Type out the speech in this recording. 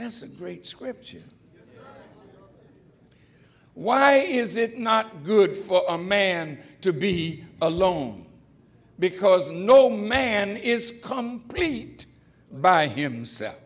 this great scripture why is it not good for a man to be alone because no man is come by himself